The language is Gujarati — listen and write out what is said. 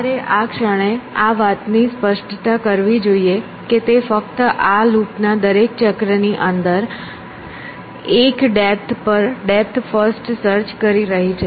તમારે આ ક્ષણે આ વાતની સ્પષ્ટતા કરવી જોઈએ કે તે ફક્ત આ લૂપના દરેક ચક્રની અંદર એક ડેપ્થ પર ડેપ્થ ફર્સ્ટ સર્ચ કરી રહી છે